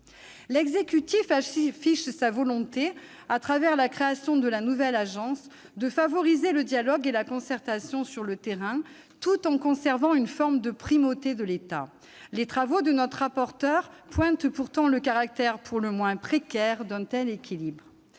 L'exécutif affiche sa volonté, à travers la création de cette nouvelle agence, de favoriser le dialogue et la concertation sur le terrain, tout en conservant une forme de primauté de l'État. Les travaux de notre rapporteur pointent pourtant le caractère pour le moins précaire d'un tel équilibre.